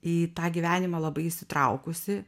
į tą gyvenimą labai įsitraukusi